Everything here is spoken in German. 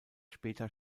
später